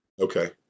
okay